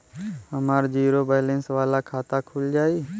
हमार zero balance वाला खाता खुल जाई?